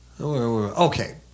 Okay